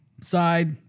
side